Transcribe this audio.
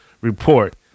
report